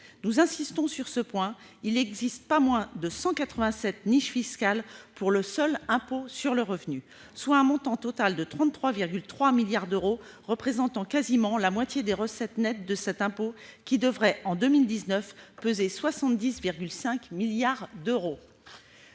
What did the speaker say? Nous insistons sur ce point : il n'existe pas moins de 187 niches fiscales pour le seul impôt sur le revenu, soit un montant total de 33,3 milliards d'euros représentant quasiment la moitié des recettes nettes de cet impôt qui devrait, en 2019, peser 70,5 milliards d'euros.